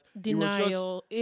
denial